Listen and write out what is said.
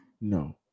No